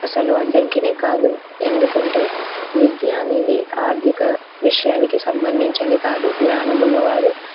అసలు అడ్డంకినే కాదు ఎందుకంటే విద్య అనేది ఆర్థిక విషయానికి సంబంధించినది కాదు జ్ఞానం ఉన్నవాడు